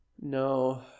No